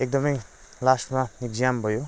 एकदमै लास्टमा एक्जाम भयो